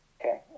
Okay